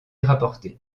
rapportés